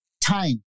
Time